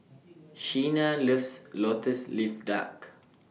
Chyna loves Lotus Leaf Duck